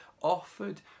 offered